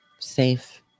Safe